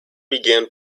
began